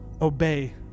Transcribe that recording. obey